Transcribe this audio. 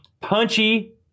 Punchy